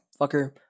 fucker